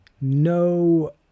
no